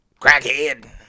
crackhead